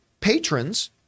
patrons